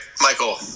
Michael